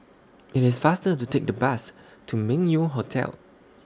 IT IS faster to Take The Bus to Meng Yew Hotel